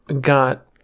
got